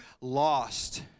lost